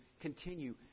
continue